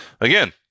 Again